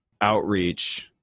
outreach